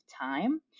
time